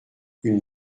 une